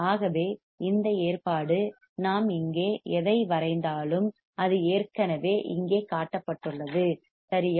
ஆகவே இந்த ஏற்பாடு நாம் இங்கே எதை வரைந்தாலும் அது ஏற்கனவே இங்கே காட்டப்பட்டுள்ளது சரியா